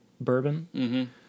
bourbon